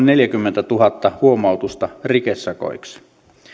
neljäkymmentätuhatta huomautusta rikesakoiksi